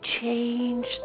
change